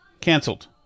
Canceled